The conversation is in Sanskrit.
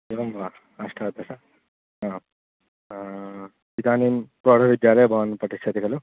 एवं वा अष्टादश इदानीं प्रौढविद्यालये भवान् पठिष्यति खलु